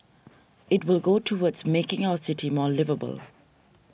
it will go towards making our city more liveable